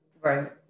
Right